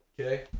okay